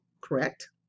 Correct